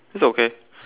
it's okay